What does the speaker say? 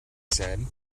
said